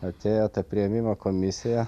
atėjo ta priėmimo komisija